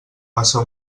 passa